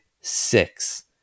six